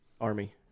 Army